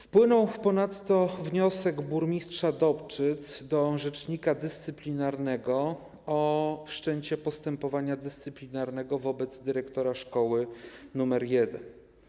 Wpłynął ponadto wniosek burmistrza Dobczyc do rzecznika dyscyplinarnego o wszczęcie postępowania dyscyplinarnego wobec dyrektora szkoły nr 1.